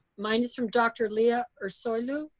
mine is from dr. leah ersoylu.